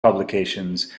publications